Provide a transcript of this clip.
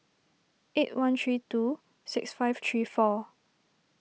eight one three two six five three four